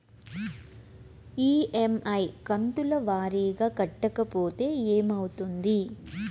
EMI కంతుల వారీగా కట్టకపోతే ఏమవుతుంది?